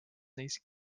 neis